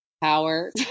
Power